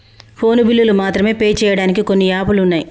phone బిల్లులు మాత్రమే pay చెయ్యడానికి కొన్ని యాపులు వున్నయ్